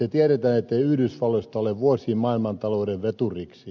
se tiedetään ettei yhdysvalloista ole vuosiin maailmantalouden veturiksi